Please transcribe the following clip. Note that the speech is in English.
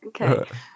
Okay